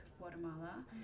Guatemala